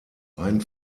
ein